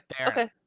okay